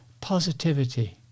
positivity